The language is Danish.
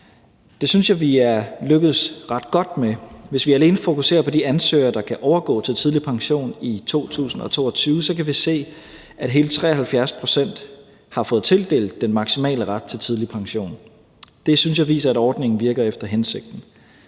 Det synes jeg vi er lykkedes ret godt med. Hvis vi alene fokuserer på de ansøgere, der kan overgå til tidlig pension i 2022, kan vi se, at hele 73 pct. har fået tildelt den maksimale ret til tidlig pension. Det synes jeg viser, at ordningen virker efter hensigten.